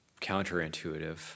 counterintuitive